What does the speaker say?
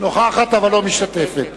אינה משתתפת